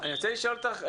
אני רוצה לשאול אותך,